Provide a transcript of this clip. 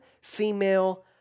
female